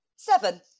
Seven